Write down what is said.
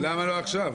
למה לא עכשיו?